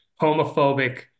homophobic